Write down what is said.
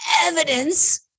evidence